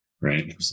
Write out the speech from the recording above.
Right